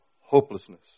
hopelessness